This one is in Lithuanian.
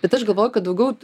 bet aš galvoju kad daugiau